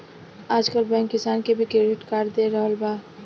आजकल बैंक किसान के भी क्रेडिट कार्ड दे रहल बा